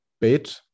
bit